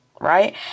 right